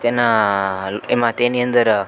તેનાં એમાં તેની અંદર